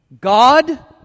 god